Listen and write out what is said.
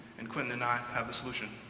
and quentin and i have the solution.